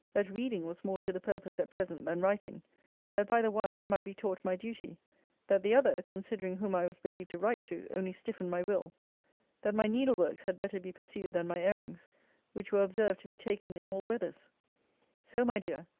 that reading was more to the purpose, at present, than writing that by the one, i might be taught my duty that the other, considering whom i was believed to write to, only stiffened my will that my needle-works had better be pursued than my airings which were observed to be taken in all weathers so, my dear,